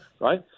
right